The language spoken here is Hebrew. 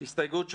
הסתייגות 14: